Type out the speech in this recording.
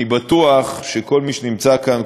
אני בטוח שכל מי שנמצא כאן,